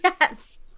Yes